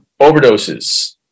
overdoses